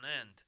end